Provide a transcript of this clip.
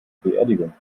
beerdigung